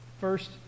First